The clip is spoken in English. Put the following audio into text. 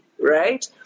Right